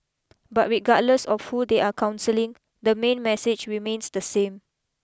but regardless of who they are counselling the main message remains the same